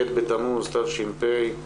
ב' בתמוז, תש"ף,